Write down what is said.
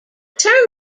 term